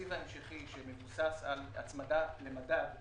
התקציב ההמשכי שמבוסס על הצמדה למדד,